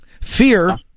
Fear